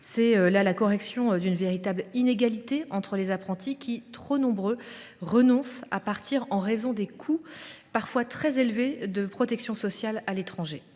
là de la correction d’une véritable inégalité entre les apprentis, qui sont trop nombreux à renoncer à partir en raison des coûts parfois très élevés de protection sociale à l’étranger.